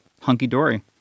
hunky-dory